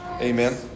Amen